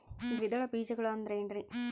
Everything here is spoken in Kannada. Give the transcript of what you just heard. ದ್ವಿದಳ ಬೇಜಗಳು ಅಂದರೇನ್ರಿ?